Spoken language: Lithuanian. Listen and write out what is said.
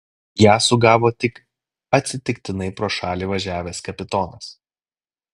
ją sugavo tik atsitiktinai pro šalį važiavęs kapitonas